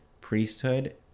priesthood